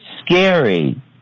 scary